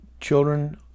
children